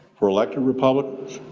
for elected republicans,